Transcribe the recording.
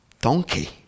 donkey